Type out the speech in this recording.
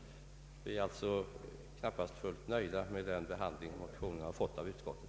Vi är alltså knappast fullt nöjda med den behandling motionen har fått i utskottet.